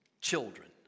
children